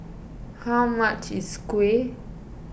how much is Kuih